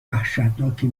وحشتناکی